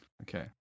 Okay